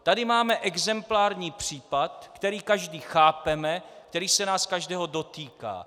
Tady máme exemplární případ, který každý chápeme, který se nás každého dotýká.